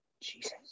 Jesus